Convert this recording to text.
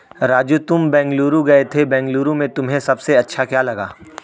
राजू तुम बेंगलुरु गए थे बेंगलुरु में तुम्हें सबसे अच्छा क्या लगा?